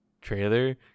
trailer